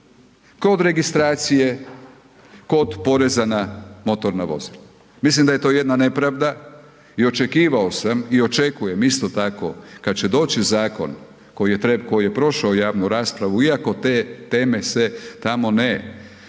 kod registracije, kod poreza na motorna vozila. Mislim da je to jedna nepravda i očekivao sam i očekujem isto tako kad će doći zakon koji je prošao javnu raspravu iako te teme se tamo ne reguliraju,